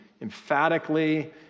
emphatically